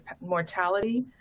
mortality